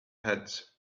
heads